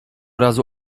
razu